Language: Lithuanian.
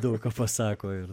daug ką pasako ir